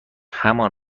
همان